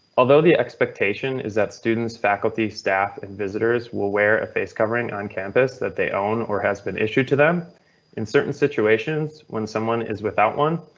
although the expectation is that students, faculty, staff and visitors will wear a face covering on campus that they own or has been issued to them in certain situations when someone is without one,